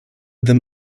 them